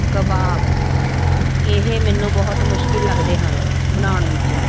ਕਬਾਬ ਇਹ ਮੈਨੂੰ ਬਹੁਤ ਮੁਸ਼ਕਿਲ ਲੱਗਦੇ ਹਨ ਬਣਾਉਣ ਵਿੱਚ